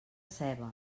seva